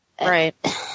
right